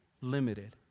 limited